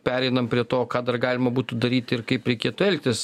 pereinam prie to ką dar galima būtų daryti ir kaip reikėtų elgtis